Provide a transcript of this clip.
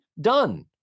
done